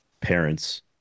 parents